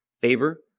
favor